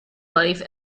life